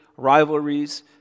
rivalries